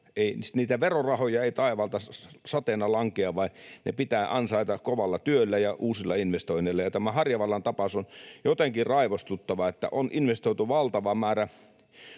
niitä verorahoja taivaalta sateena lankea, vaan ne pitää ansaita kovalla työllä ja uusilla investoinneilla. Tämä Harjavallan tapaus on jotenkin raivostuttava, että on investoitu valtava määrä